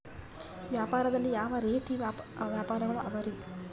ವ್ಯಾಪಾರದಲ್ಲಿ ಯಾವ ರೇತಿ ವ್ಯಾಪಾರಗಳು ಅವರಿ?